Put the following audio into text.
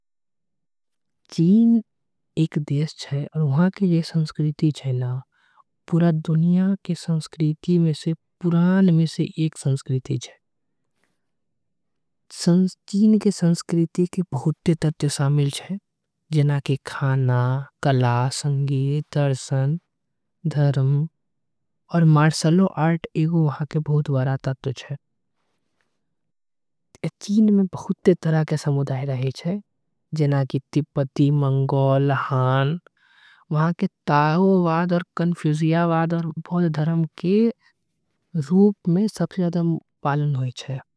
चीन एक देश होय वहां के जे संस्कृति हे न पूरा दुनिया के संस्कृति। में से एक हे चीन के संस्कृति के बहुत तथ्य शामिल छे जेन म। ओमन के खाना, संगीत, दर्शन, धर्म, आऊ मार्शल आर्ट। भी वहां के बहुत बड़े तथ्य होय छे चीन में बहुत तरह के समुदाय। हावय जेना कि तिब्बती मंगोल हान वहां के तवाबाद फौजिया। वाद चीन बौद्ध धर्म के रूप सबसे ज्यादा पालन होवे छीये।